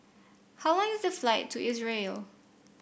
how long is the flight to Israel